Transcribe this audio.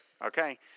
Okay